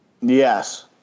Yes